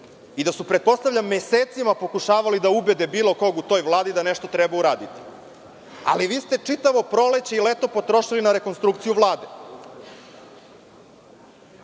i da su pretpostavljam mesecima pokušavali da ubede bilo koga u toj Vladi da nešto treba uraditi, ali vi ste čitavo proleće i leto potrošili na rekonstrukciju Vlade. Jedan